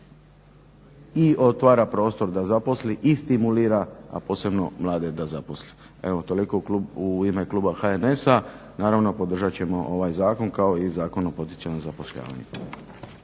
i otvara prostor da zaposli i stimulira, a posebno mlade da zaposli. Evo toliko u ime kluba HNS-a, naravno podržat ćemo ovaj zakon kao i Zakon o poticanju zapošljavanja.